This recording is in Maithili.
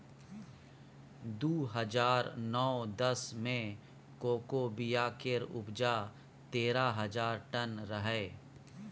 दु हजार नौ दस मे कोको बिया केर उपजा तेरह हजार टन रहै